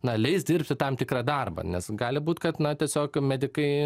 na leis dirbti tam tikrą darbą nes gali būt kad na tiesiog medikai